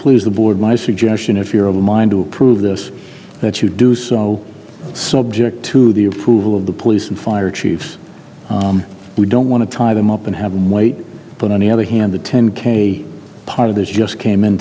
please the board my suggestion if you're of the mind to approve this that you do so subject to the approval of the police and fire chiefs we don't want to tie them up and have them wait but on the other hand the ten k part of this just came in